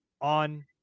on